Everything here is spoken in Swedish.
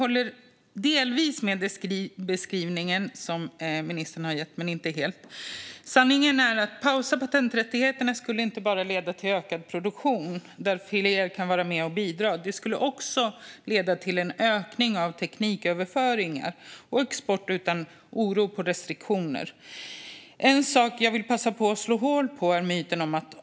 Fru talman! Jag instämmer delvis i ministerns beskrivning, men inte helt. Sanningen är att en pausning av patenträttigheterna inte bara skulle leda till ökad produktion, där fler kan vara med och bidra, utan också till en ökning av tekniköverföringen och export utan oro för restriktioner. Jag vill passa på att slå hål på en myt.